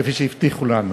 כפי שהבטיחו לנו.